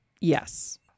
Yes